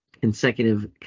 consecutive